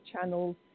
channels